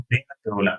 המודיעין לפעולה